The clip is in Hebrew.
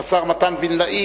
השר מתן וילנאי,